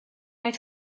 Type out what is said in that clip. oedd